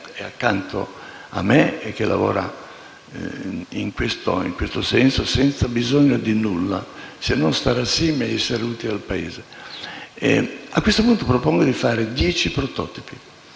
è accanto a me e che lavora in questo senso, senza bisogno di nulla, se non stare assieme ed essere utili al Paese. A questo punto propongo di fare dieci prototipi.